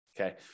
Okay